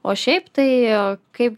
o šiaip tai kaip